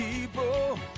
people